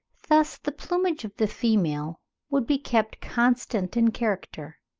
thus the plumage of the female would be kept constant in character.